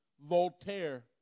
Voltaire